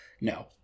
No